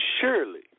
surely